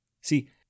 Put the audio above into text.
See